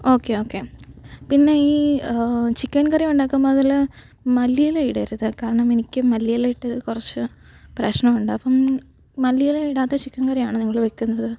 okay okay പിന്നെ ഈ chicken curry ഉണ്ടാക്കുമ്പോല് അതില് മല്ലിയില ഇടരുത് കാരണം എനിക്ക് മല്ലിയിലയിട്ടാല് കുറച്ച് പ്രശ്നമുണ്ടാവും മല്ലിയില ഇടാത്ത ചിക്കെൻ കറിയാണോ നിങ്ങൾ വയ്ക്കുന്നത്